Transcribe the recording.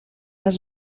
has